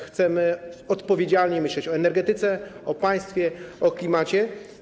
Chcemy odpowiedzialnie myśleć o energetyce, o państwie, o klimacie.